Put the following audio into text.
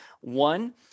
One